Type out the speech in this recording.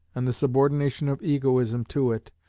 and the subordination of egoism to it,